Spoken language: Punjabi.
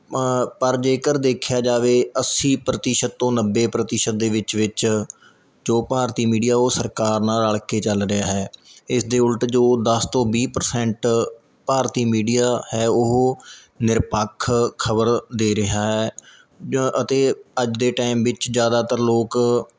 ਪਰ ਜੇਕਰ ਦੇਖਿਆ ਜਾਵੇ ਅੱਸੀ ਪ੍ਰਤੀਸ਼ਤ ਤੋਂ ਨੱਬੇ ਪ੍ਰਤੀਸ਼ਤ ਦੇ ਵਿੱਚ ਵਿੱਚ ਜੋ ਭਾਰਤੀ ਮੀਡੀਆ ਉਹ ਸਰਕਾਰ ਨਾਲ ਰਲ਼ ਕੇ ਚੱਲ ਰਿਹਾ ਹੈ ਇਸ ਦੇ ਉਲਟ ਜੋ ਦਸ ਤੋਂ ਵੀਹ ਪਰਸੈਂਟ ਭਾਰਤੀ ਮੀਡੀਆ ਹੈ ਉਹ ਨਿਰਪੱਖ ਖਬਰ ਦੇ ਰਿਹਾ ਹੈ ਜਾਂ ਅਤੇ ਅੱਜ ਦੇ ਟਾਈਮ ਵਿੱਚ ਜ਼ਿਆਦਾਤਰ ਲੋਕ